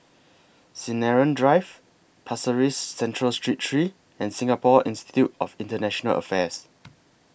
Sinaran Drive Pasir Ris Central Street three and Singapore Institute of International Affairs